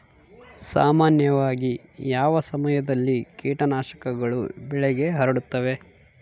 ಸಾಮಾನ್ಯವಾಗಿ ಯಾವ ಸಮಯದಲ್ಲಿ ಕೇಟನಾಶಕಗಳು ಬೆಳೆಗೆ ಹರಡುತ್ತವೆ?